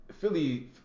Philly